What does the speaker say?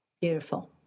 Beautiful